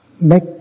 make